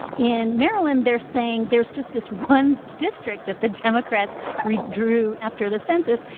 in maryland, they're saying there's just this one district that the democrats redrew after the census.